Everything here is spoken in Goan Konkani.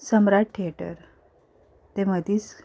सम्राट थिएटर तें मदींच आसा